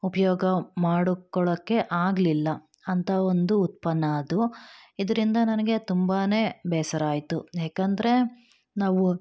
ಉಪಯೋಗ ಮಾಡಿಕೊಳೊಕ್ಕೆ ಆಗಲಿಲ್ಲ ಅಂಥ ಒಂದು ಉತ್ಪನ್ನ ಅದು ಇದರಿಂದ ನನಗೆ ತುಂಬ ಬೇಸರ ಆಯಿತು ಏಕೆಂದರೆ ನಾವು